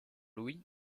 louis